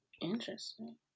Interesting